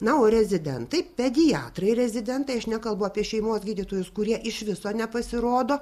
na o rezidentai pediatrai rezidentai aš nekalbu apie šeimos gydytojus kurie iš viso nepasirodo